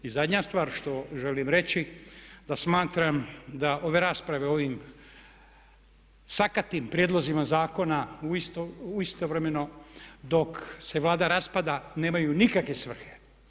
I zadnja stvar što želim reći da smatram da ove rasprave o ovim sakatim prijedlozima zakona istovremeno dok se Vlada rasprava nemaju nikakve svrhe.